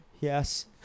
yes